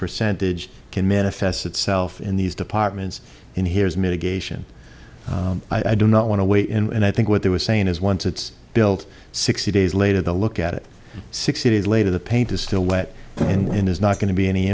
percentage can manifest itself in these departments and here is mitigation i do not want to weigh in and i think what they were saying is once it's built sixty days later the look at it sixty days later the paint is still wet and is not going to be any